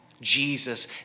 Jesus